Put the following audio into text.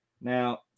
Now